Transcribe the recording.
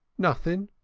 nothing,